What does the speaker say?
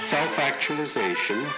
Self-actualization